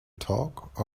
talk